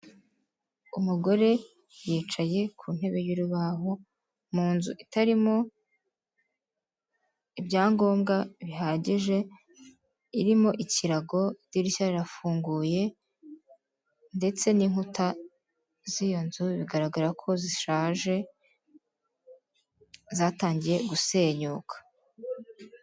Umugore yicaye ku ntebe y'urubaho mu nzu itarimo ibyangombwa bihagije, irimo ikirago idirishya rirafunguye ndetse n'inkuta z'iyo nzu bigaragara ko zishaje zatangiye gusenyuka.